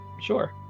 Sure